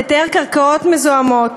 לטהר קרקעות מזוהמות,